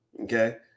Okay